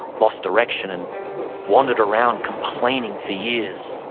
lost direction and wandered around complaining for years.